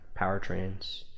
powertrains